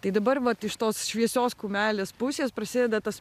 tai dabar vat iš tos šviesios kumelės pusės prasideda tas